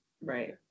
right